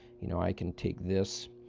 you know, i can take this,